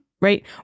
right